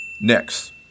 Next